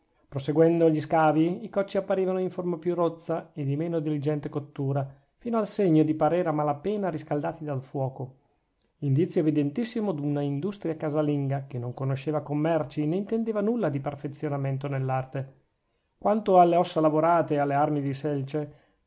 proseguendo gli scavi i cocci apparivano di forma più rozza e di meno diligente cottura fino al segno di parere a mala pena riscaldati al fuoco indizio evidentissimo d'una industria casalinga che non conosceva commerci nè intendeva nulla di perfezionamento nell'arte quanto alle ossa lavorate e alle armi di selce